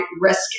risk